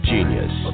Genius